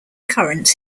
current